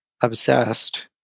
obsessed